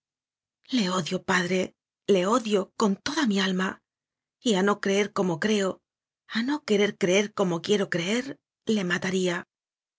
le odio padre le odio con toda mi alma y a no creer como creo a no querer creer como quiero creer le mataría